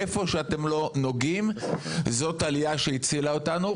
איפה שאתם לא נוגעים, זאת עלייה שהצילה אותנו.